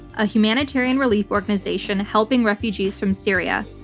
a humanitarian relief organization, helping refugees from syria.